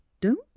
Don't